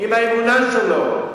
עם האמונה שלו,